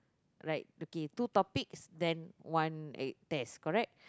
like okay two topics then one like test correct